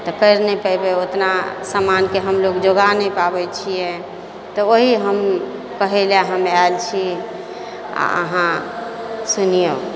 करि नहि पयबै ओतना सामानके हमलोग जोगा नहि पाबै छियै तऽ ओही हम कहय लेल हम आयल छी आ अहाँ सुनियौ